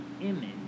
image